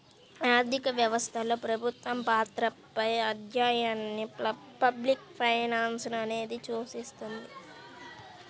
ఆర్థిక వ్యవస్థలో ప్రభుత్వ పాత్రపై అధ్యయనాన్ని పబ్లిక్ ఫైనాన్స్ అనేది చూస్తుంది